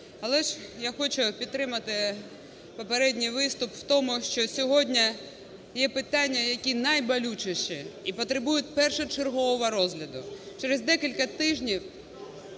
Але ж я хочу підтримати попередній виступ в тому, що сьогодні є питання, які найболючіші і потребують першочергового розгляду. Через декілька тижнів